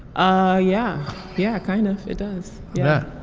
ah yeah yeah kind of it does. yeah.